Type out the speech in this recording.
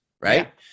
right